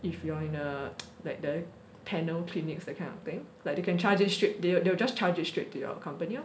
if you are in a like the panel clinics that kind of thing like they can charge it straight they they'll just charge it straight to your company lor